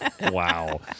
Wow